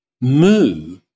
Moo